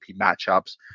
matchups